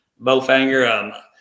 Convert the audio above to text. Bowfinger